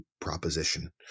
proposition